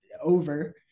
over